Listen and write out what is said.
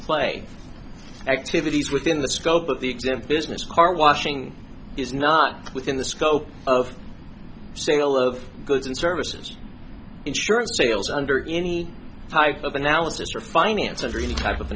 play activities within the scope of the exempt business car washing is not within the scope of sale of goods and services insurance sales under any type of analysis or finance or any type of